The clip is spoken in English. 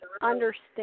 understand